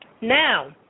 Now